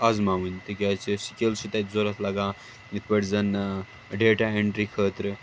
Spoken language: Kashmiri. اَزماوٕنۍ تِکیٛازِ یُس سِکٕل چھِ تَتہِ ضروٗرت لگان یِتھٕ پٲٹھۍ زَن ڈیٹا ایٚنٹرِی خٲطرٕ